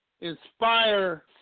inspire